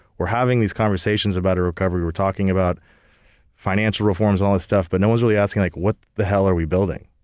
we're having these conversations about a recovery, we're talking about financial reforms and all this stuff but no one's really asking, like what the hell are we building?